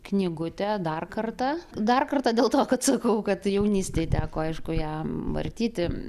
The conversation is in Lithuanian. knygutę dar kartą dar kartą dėl to kad sakau kad jaunystėj teko aišku jam vartyti